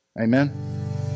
Amen